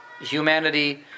humanity